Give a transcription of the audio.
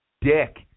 dick